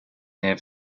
near